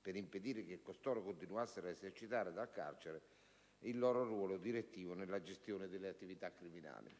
per impedire che costoro continuassero ad esercitare dai carcere il loro ruolo direttivo nella gestione delle attività criminali.